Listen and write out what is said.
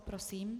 Prosím.